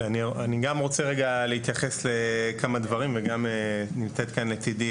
אני גם רוצה רגע להתייחס לכמה דברים וגם נמצאת כאן לצידי